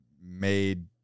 made